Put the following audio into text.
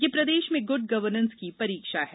यह प्रदेश में गूड गवर्नेंस की परीक्षा है